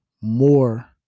more